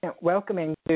welcoming